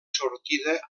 sortida